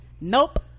nope